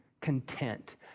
content